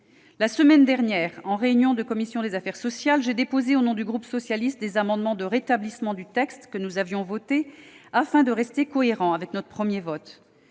La semaine dernière, en réunion de commission des affaires sociales, j'ai déposé, au nom du groupe socialiste, des amendements de rétablissement du texte que nous avions voté, afin de rester cohérents avec notre premier vote.